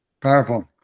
powerful